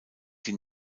die